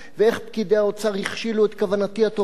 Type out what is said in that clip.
ואיך פקידי האוצר הכשילו את כוונתי הטובה.